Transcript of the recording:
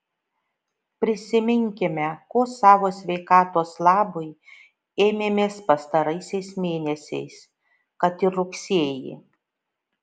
prisiminkime ko savo sveikatos labui ėmėmės pastaraisiais mėnesiais kad ir rugsėjį